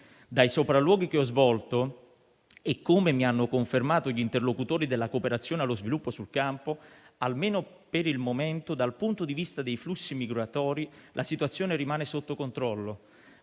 Dai sopralluoghi che ho svolto e come mi hanno confermato gli interlocutori della cooperazione allo sviluppo sul campo, almeno per il momento, dal punto di vista dei flussi migratori la situazione rimane sotto controllo,